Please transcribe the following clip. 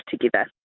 together